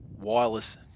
wireless